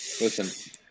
Listen